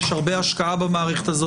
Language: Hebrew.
יש הרבה השקעה במערכת הזאת.